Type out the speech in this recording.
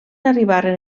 arribaren